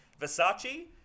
Versace